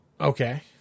Okay